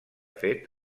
fet